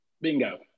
bingo